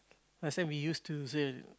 last time we use to same